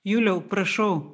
juliau prašau